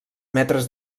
metres